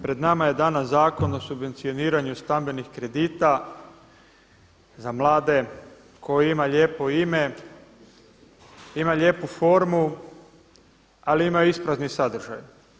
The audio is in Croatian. Pred nama je danas Zakon o subvencioniranju stambenih kredita za mlade koji ima lijepo ime, ima lijepu formu ali ima isprazni sadržaj.